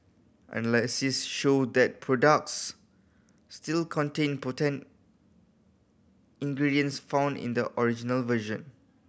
analysis showed that products still contained potent ingredients found in the original version